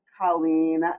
Colleen